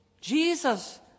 Jesus